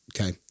Okay